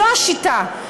זו השיטה.